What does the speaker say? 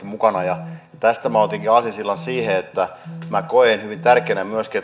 mukana tästä minä otinkin aasinsillan siihen että minä koen hyvin tärkeänä myöskin